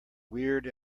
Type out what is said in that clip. weird